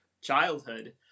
childhood